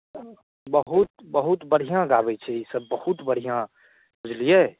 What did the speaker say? बहुत बहुत बढ़िआँ गाबैत छै ईसभ बहुत बढ़िआँ बुझलियै